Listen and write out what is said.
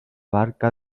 barca